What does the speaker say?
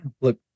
look